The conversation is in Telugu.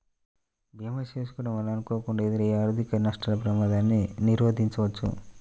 భీమా చేసుకోడం వలన అనుకోకుండా ఎదురయ్యే ఆర్థిక నష్టాల ప్రమాదాన్ని నిరోధించవచ్చు